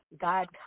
God